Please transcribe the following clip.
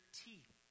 teeth